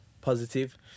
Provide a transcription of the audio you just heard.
positive